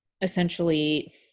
essentially